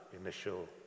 initial